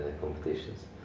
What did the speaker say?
competitions